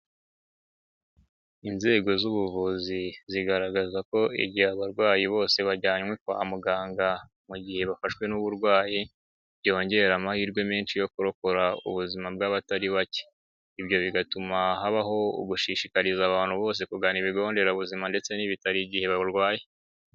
Inzego z'ubuvuzi zigaragaza ko igihe abarwayi bose bajyanywe kwa muganga mu gihe bafashwe n'uburwayi, byongera amahirwe menshi yo kurokora ubuzima bw'abatari bake. Ibyo bigatuma habaho ugushishikariza abantu bose kugana ibigo nderabuzima ndetse n'ibitaro igihe barwaye.